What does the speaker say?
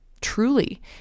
Truly